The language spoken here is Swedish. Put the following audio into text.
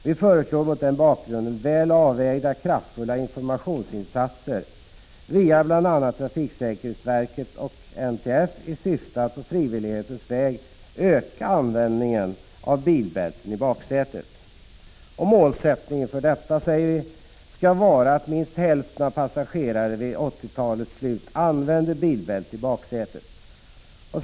Vi föreslår mot den bakgrunden kraftiga, väl avvägda informationsinsatser, via bl.a. trafiksäkerhetsverket och NTF, i syfte att på frivillighetens väg öka användningen av bilbälte i baksätet. Målsättningen för detta skall vara att minst hälften av passagerarna vid 1980-talets slut använder bilbälte i baksätet.